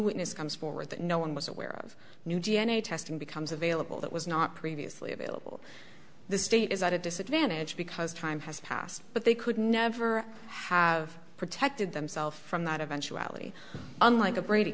witness comes forward that no one was aware of new d n a testing becomes available that was not previously available the state is at a disadvantage because time has passed but they could never have protected themselves from that eventuality unlike a brady